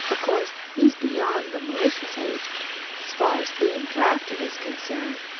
of course, he's beyond the malicious age, so far as bein' drafted is concerned,